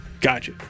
Gotcha